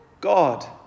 God